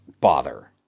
bother